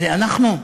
זה אנחנו?